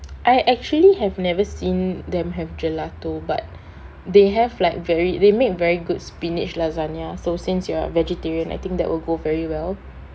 I actually have never seen them have gelato but they have like very they make very good spinach lasagne so since you are vegetarian I think that will go very well